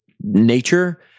nature